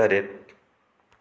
ꯇꯔꯦꯠ